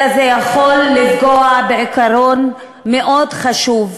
אלא זה יכול לפגוע בעיקרון מאוד חשוב,